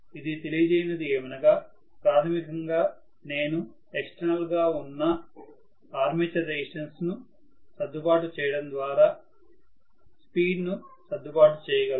ఇది తెలియజేయునది ఏమనగా ప్రాథమికంగా నేను ఎక్స్టర్నల్ గా నా ఉన్న ఆర్మేచర్ రెసిస్టన్స్ సర్దుబాటు చేయడం ద్వారా స్పీడ్ ను సర్దుబాటు చేయగలను